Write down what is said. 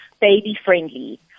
baby-friendly